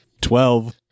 Twelve